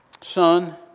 Son